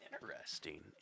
Interesting